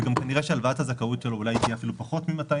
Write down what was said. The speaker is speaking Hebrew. וגם כנראה שהלוואת הזכאות שלו אולי היא תהיה אפילו פחות מ-200,000.